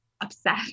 upset